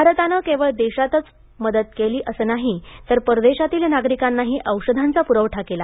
भारताने केवळ देशांतच मदत केला असं नाही तर परदेशातील नागरिकांनाही औषधांचा पुरवठा केला